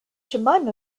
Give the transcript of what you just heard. jemima